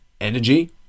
energy